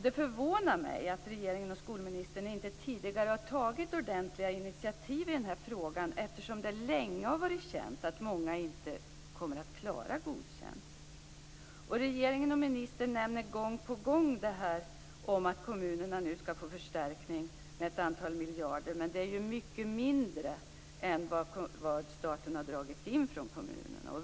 Det förvånar mig att regeringen och skolministern inte tidigare har tagit ordentliga initiativ i den frågan eftersom det länge har varit känt att många inte kommer att klara betyget Godkänd. Regeringen och ministern nämner gång på gång att kommunerna nu skall få förstärkning med ett antal miljarder. Men det är ju mycket mindre än vad staten har dragit in från kommunerna.